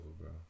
bro